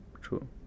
true